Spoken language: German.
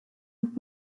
und